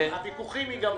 הוויכוחים ייגמרו.